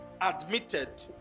admitted